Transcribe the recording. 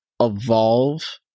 evolve